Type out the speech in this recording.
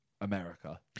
America